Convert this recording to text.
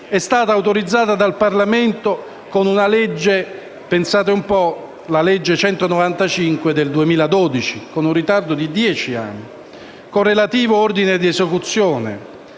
è stata autorizzata dal Parlamento - pensate un po' - con la legge n. 195 del 2012, con un ritardo di dieci anni, con relativo ordine di esecuzione.